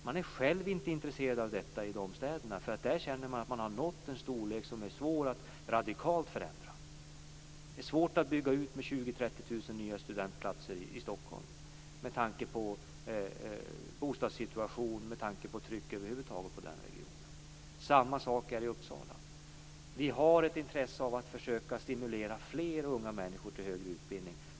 Man är själva inte intresserade av detta i de städerna, för där känner man att man har nått en storlek som är svår att radikalt förändra. Det är svårt att bygga ut med 20 000 30 000 nya studentplatser i Stockholm med tanke på bostadssituationen och trycket över huvud taget på den regionen. Samma sak gäller Uppsala. Vi har ett intresse av att försöka stimulera fler unga människor till högre utbildning.